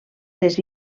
les